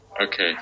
Okay